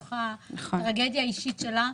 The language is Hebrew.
מתוך הטרגדיה האישית שלה,